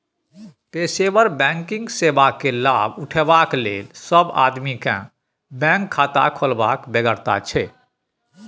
पेशेवर बैंकिंग सेवा केर लाभ उठेबाक लेल सब आदमी केँ बैंक खाता खोलबाक बेगरता छै